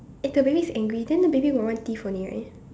eh the baby's angry then the baby got one teeth only right